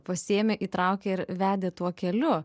pasiėmė įtraukė ir vedė tuo keliu